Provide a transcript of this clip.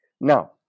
Now